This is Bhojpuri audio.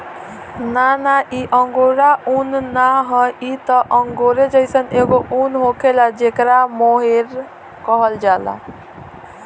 ना ना इ अंगोरा उन ना ह इ त अंगोरे जइसन एगो उन होखेला जेकरा मोहेर कहल जाला